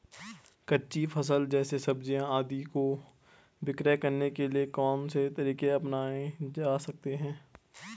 कच्ची फसल जैसे सब्जियाँ आदि को विक्रय करने के लिये कौन से तरीके अपनायें जा सकते हैं?